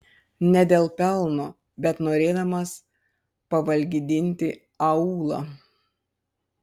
ne dėl pelno bet norėdamas pavalgydinti aūlą